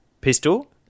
pistol